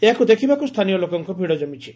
ଏହାକୁ ଦେଖିବାକୁ ସ୍ଥାନୀୟ ଲୋକଙ୍କ ଭିଡ କମିଛି